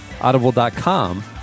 Audible.com